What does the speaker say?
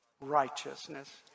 righteousness